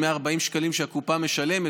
140 שקלים שהקופה משלמת,